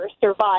survived